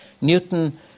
Newton